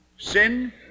Sin